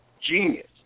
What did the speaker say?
genius